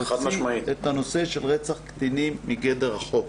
להוציא את הנושא של רצח קטינים מגדר החוק.